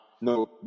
No